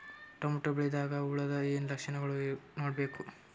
Tomato ಬೆಳಿದಾಗ್ ಹುಳದ ಏನ್ ಲಕ್ಷಣಗಳು ನೋಡ್ಬೇಕು?